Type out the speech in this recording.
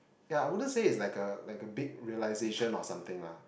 yeah I wouldn't say is like a like a big realisation or something lah